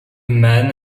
man